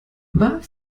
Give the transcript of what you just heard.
war